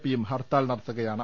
P യും ഹർത്താൽ നടത്തുക യാണ്